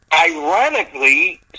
ironically